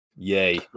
Yay